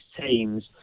teams